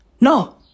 No